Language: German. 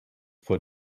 vor